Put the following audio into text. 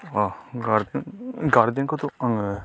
अ garden गार्डेनखौथ' आङो